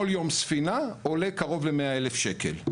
ספינה כל יום עולה קרוב ל-100 אלף שקל,